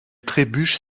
trébuche